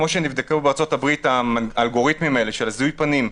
בארצות הברית האלגוריתמים של זיהוי פנים,